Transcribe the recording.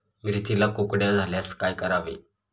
मिरचीला कुकड्या झाल्यास काय करावे?